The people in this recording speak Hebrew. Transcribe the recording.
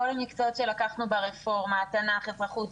כל המקצועות שלקחנו ברפורמה תנ"ך, אזרחות,